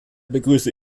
begrüße